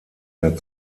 mehr